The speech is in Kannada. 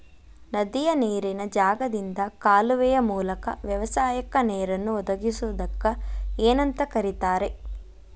ನದಿಯ ನೇರಿನ ಜಾಗದಿಂದ ಕಾಲುವೆಯ ಮೂಲಕ ವ್ಯವಸಾಯಕ್ಕ ನೇರನ್ನು ಒದಗಿಸುವುದಕ್ಕ ಏನಂತ ಕರಿತಾರೇ?